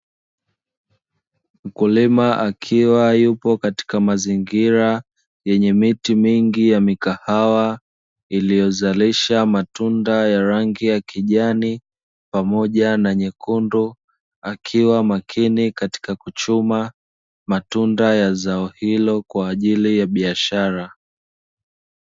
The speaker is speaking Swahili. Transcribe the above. Mkulima akiwa yupo katika mazingira yenye miti mingi ya mikahawa, iliyzalisha matunda ya rangi ya kijani pamoja na mekundu akiwa makini katika kuchuma matunda ya zai hilo kwaajili ya biashara.